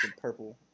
purple